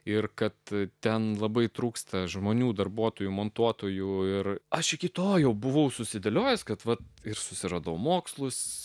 ir kad ten labai trūksta žmonių darbuotojų montuotojų ir aš iki to jau buvau susidėliojęs kad ir susiradau mokslus